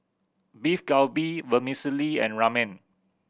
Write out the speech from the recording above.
Beef Galbi Vermicelli and Ramen